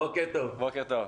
בוקר טוב.